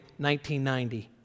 1990